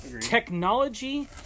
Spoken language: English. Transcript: Technology